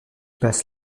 passe